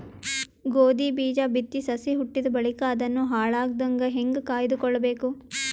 ಗೋಧಿ ಬೀಜ ಬಿತ್ತಿ ಸಸಿ ಹುಟ್ಟಿದ ಬಳಿಕ ಅದನ್ನು ಹಾಳಾಗದಂಗ ಹೇಂಗ ಕಾಯ್ದುಕೊಳಬೇಕು?